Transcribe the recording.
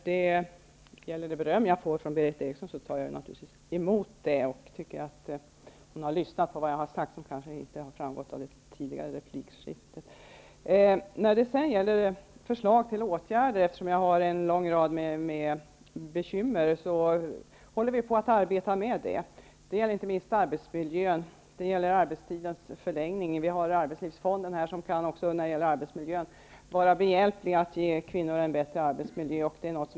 Herr talman! Jag tar naturligtvis emot det beröm som jag får från Berith Eriksson. Det visar att hon har lyssnat på vad jag har sagt, så var kanske inte fallet i det tidigare replikskiftet. Jag har räknat upp en lång rad bekymmer. Vi håller på och arbetar med förslag till åtgärder. Det gäller inte minst arbetsmiljön och arbetstidens förläggning. Arbetslivsfonden kan vara behjälplig när det gäller att ge kvinnor en bättre arbetsmiljö.